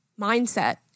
mindset